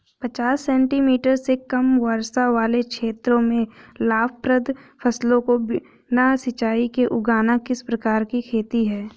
पचास सेंटीमीटर से कम वर्षा वाले क्षेत्रों में लाभप्रद फसलों को बिना सिंचाई के उगाना किस प्रकार की खेती है?